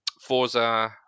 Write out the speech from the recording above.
Forza